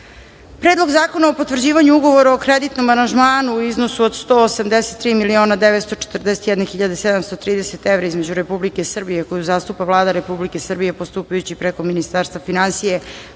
Predlog zakona o potvrđivanju Ugovora o kreditnom aranžmanu u iznosu do 183.941.730,60 evra između Republike Srbije koju zastupa Vlada Republike Srbije postupajući preko Ministarstva finansija